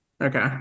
okay